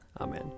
Amen